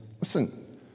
Listen